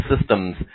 systems